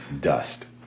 dust